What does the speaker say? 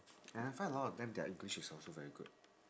and I find a lot of them their english is also very good